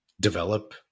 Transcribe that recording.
develop